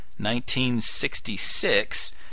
1966